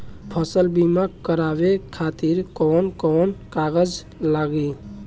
फसल बीमा करावे खातिर कवन कवन कागज लगी?